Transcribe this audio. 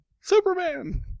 Superman